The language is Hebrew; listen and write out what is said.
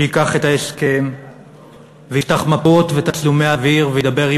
שייקח את ההסכם ויפתח מפות ותצלומי אוויר וידבר עם